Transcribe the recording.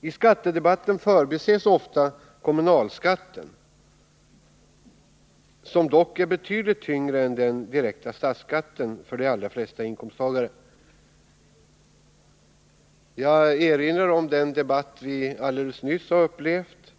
I skattedebatten förbises ofta kommunalskatten, som dock är betydligt tyngre än den direkta statsskatten för de allra flesta inkomsttagare. Jag vill erinra om den debatt som vi alldeles nyss har upplevt.